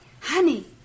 Honey